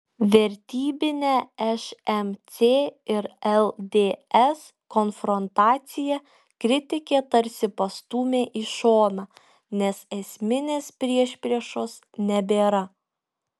vertybinę šmc ir lds konfrontaciją kritikė tarsi pastūmė į šoną nes esminės priešpriešos nebėra